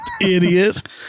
Idiot